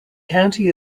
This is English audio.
county